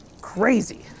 Crazy